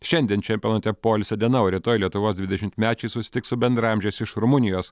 šiandien čempionate poilsio diena o rytoj lietuvos dvidešimtmečiai susitiks su bendraamžiais iš rumunijos